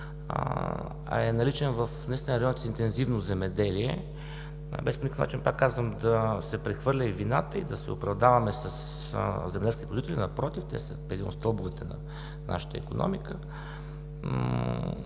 а е наличен в районите с интензивно земеделие. Без по никакъв начин, повтарям, да се прехвърля вината и да се оправдаваме със земеделските производители – напротив, те са един от стълбовете на нашата икономика,